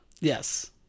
Yes